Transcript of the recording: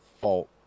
fault